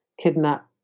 kidnap